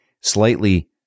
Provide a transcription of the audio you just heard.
slightly